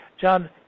John